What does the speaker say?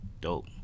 Dope